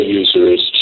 users